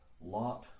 Lot